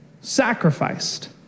sacrificed